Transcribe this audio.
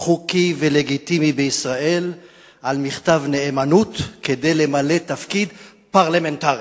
חוקי ולגיטימי בישראל על מכתב נאמנות כדי למלא תפקיד פרלמנטרי.